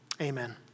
amen